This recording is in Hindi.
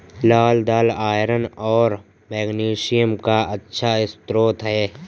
लाल दालआयरन और मैग्नीशियम का अच्छा स्रोत है